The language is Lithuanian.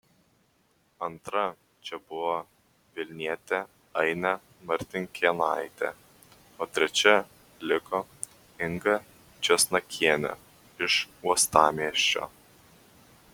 antra čia buvo vilnietė ainė martinkėnaitė o trečia liko inga česnakienė iš uostamiesčio